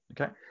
Okay